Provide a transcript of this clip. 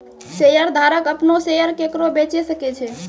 शेयरधारक अपनो शेयर केकरो बेचे सकै छै